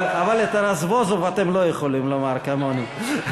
אבל את הרזבוזוב אתם לא יכולים לומר כמוני.